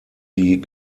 die